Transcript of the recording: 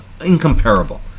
incomparable